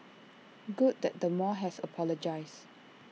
good that the mall has apologised